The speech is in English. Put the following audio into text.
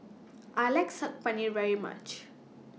I like Saag Paneer very much